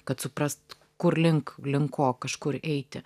kad suprast kurlink link ko kažkur eiti